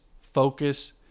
focus